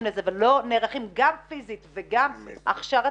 לזה ולא נערכים גם פיזית וגם הכשרתית,